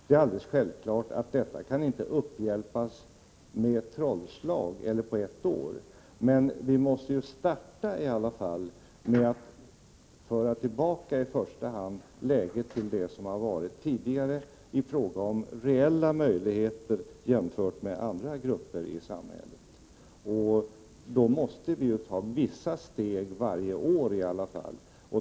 Det är alldeles självklart att detta inte kan avhjälpas som genom ett trollslag eller på ett år, men vi måste i alla fall starta med att i första hand föra tillbaka läget till vad det varit tidigare i fråga om reella möjligheter jämfört med andra grupper i samhället. Då måste vi ta vissa steg varje år.